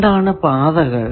എന്താണ് പാതകൾ